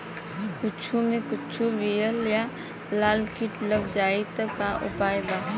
कद्दू मे कद्दू विहल या लाल कीट लग जाइ त का उपाय बा?